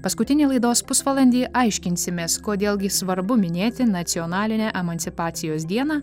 paskutinį laidos pusvalandį aiškinsimės kodėl gi svarbu minėti nacionalinę emancipacijos dieną